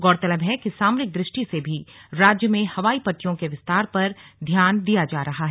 गौरतलब है कि सामरिक दृष्टि से भी राज्य में हवाई पट्टियों के विस्तार पर ध्यान दिया जा रहा है